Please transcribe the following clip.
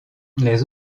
les